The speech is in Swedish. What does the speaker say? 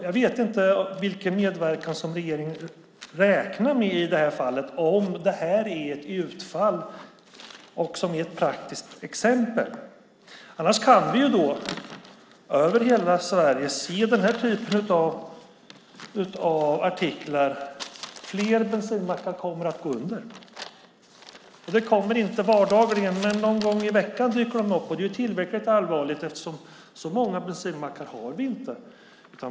Jag vet inte vilken medverkan som regeringen räknar med, om det här är ett utfall och ett praktiskt exempel. Vi kan se den här typen av artiklar över hela Sverige. Fler bensinmackar kommer att gå under. Det kommer inte var dag, men någon gång i veckan dyker de upp. Det är ju tillräckligt allvarligt eftersom vi inte har så många bensinmackar.